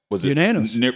Unanimous